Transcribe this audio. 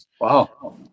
Wow